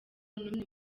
n’umwe